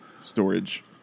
storage